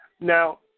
Now